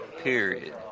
period